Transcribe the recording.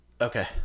okay